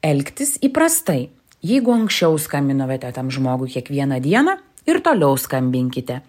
elgtis įprastai jeigu anksčiau skambinote tam žmogui kiekvieną dieną ir toliau skambinkite